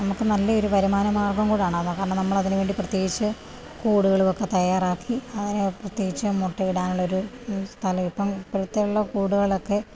നമുക്ക് നല്ല ഒരു വരുമാന മാർഗ്ഗവും കൂടാണത് കാരണം നമ്മള് അതിനുവേണ്ടി പ്രത്യേകിച്ച് കൂടുകളും ഒക്കെ തയ്യാറാക്കി അങ്ങനെയൊ പ്രത്യേകിച്ചു മുട്ടയിടാൻ ഉള്ളൊരു സ്ഥലം ഇപ്പോള് ഇപ്പഴത്തെയുളള കൂടുകളൊക്കെ